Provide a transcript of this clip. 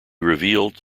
revealed